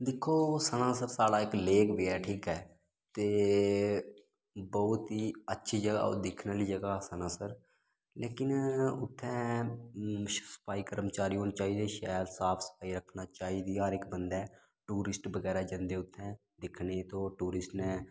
दिक्खो सनासर साढ़ा इक लेक बी ऐ ठीक ऐ ते बोह्त ही अच्छी जगह् ओह् दिक्खने आह्ली जगह् ओह् सनासर लेकिन उत्थैं सफाई कर्मचारी होने चाहिदे शैल साफ सफाई रक्खना चाहिदी हर इक बंदै टूरिस्ट बगैरा जंदे उत्थैं दिक्खने ते ओह् टूरिस्ट ने